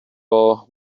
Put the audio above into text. law